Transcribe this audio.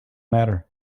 matter